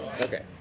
Okay